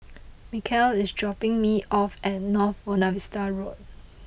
Micah is dropping me off at North Buona Vista Road